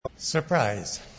Surprise